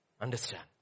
Understand